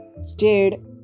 stayed